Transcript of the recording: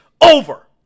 over